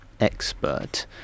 expert